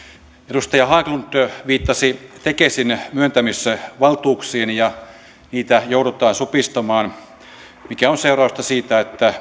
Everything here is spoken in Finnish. edustaja haglund viittasi tekesin myöntämisvaltuuksiin niitä joudutaan supistamaan mikä on seurausta siitä että